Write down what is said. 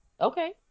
Okay